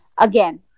again